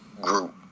group